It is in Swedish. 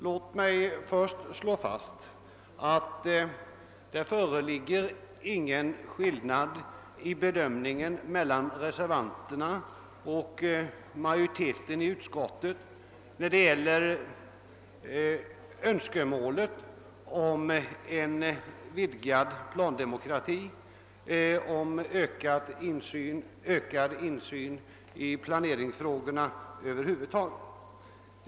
Låt mig först slå fast att det inte föreligger någon skillnad i bedömningen mellan reservanterna och majoriteten i utskottet när det gäller önskemålet om en vidgad plandemokrati, om ökad insyn i planeringsfrågorna över huvud taget.